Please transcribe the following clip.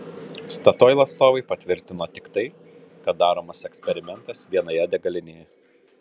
statoil atstovai patvirtino tik tai kad daromas eksperimentas vienoje degalinėje